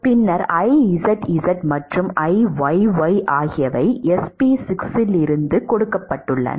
பின்னர் Izz மற்றும் Iyy ஆகியவை SP 6 இல் கொடுக்கப்பட்டுள்ளன